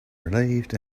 relieved